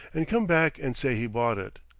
and come back and say he bought it.